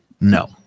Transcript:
No